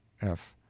f.